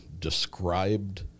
described